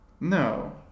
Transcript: No